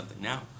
Now